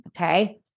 Okay